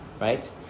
right